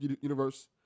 universe